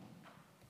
חמש